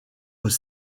aux